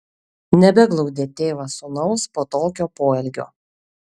nebeglaudė tėvas sūnaus po tokio poelgio